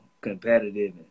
competitive